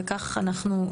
וכך אנחנו,